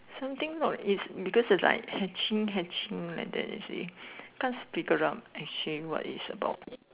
something no it's because it's like hatching hatching like that you see cause we got to hatching what it's about